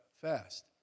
Fast